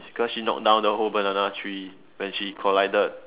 cause she knock down the whole banana tree when she collided